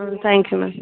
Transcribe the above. thank you ma'am